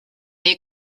est